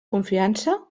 confiança